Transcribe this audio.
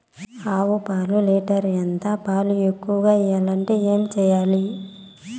ఆవు పాలు లీటర్ ఎంత? పాలు ఎక్కువగా ఇయ్యాలంటే ఏం చేయాలి?